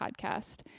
podcast